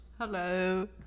Hello